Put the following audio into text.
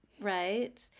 Right